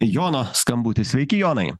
jono skambutis sveiki jonai